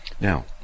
Now